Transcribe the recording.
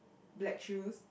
black shoes